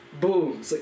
Boom